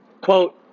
Quote